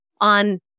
on